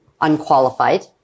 unqualified